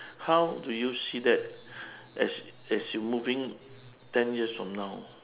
how do you see that as as you moving ten years from now